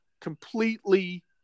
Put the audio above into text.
completely –